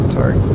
sorry